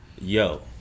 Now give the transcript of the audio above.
Yo